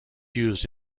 used